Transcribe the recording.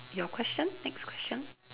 your question next question